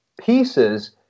pieces